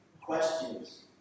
Questions